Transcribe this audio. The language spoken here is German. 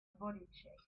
bodycheck